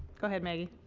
go ahead, maggie.